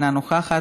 אינה נוכחת,